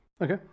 Okay